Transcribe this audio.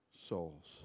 souls